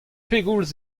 pegoulz